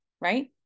right